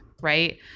right